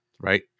Right